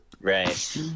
right